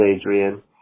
Adrian